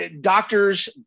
doctors